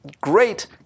great